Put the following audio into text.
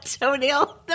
toenail